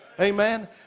Amen